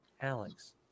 alex